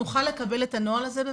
נוכל לקבל את הנוהל הזה בבקשה,